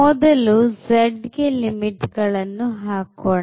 ಮೊದಲು z ಗೆ limit ಗಳನ್ನು ಹಾಕೋಣ